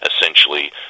essentially